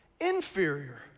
Inferior